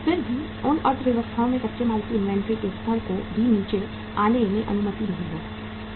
फिर भी उन अर्थव्यवस्थाओं में कच्चे माल की इन्वेंट्री के स्तर को भी नीचे आने की अनुमति नहीं है